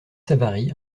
savary